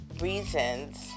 reasons